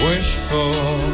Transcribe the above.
Wishful